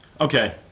Okay